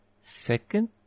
second